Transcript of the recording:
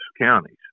counties